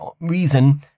reason